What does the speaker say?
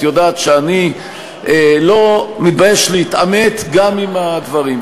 את יודעת שאני לא מתבייש להתעמת גם עם הדברים.